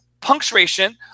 punctuation